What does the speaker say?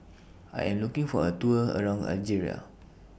I Am looking For A Tour around Algeria